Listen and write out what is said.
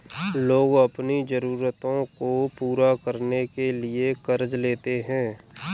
लोग अपनी ज़रूरतों को पूरा करने के लिए क़र्ज़ लेते है